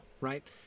right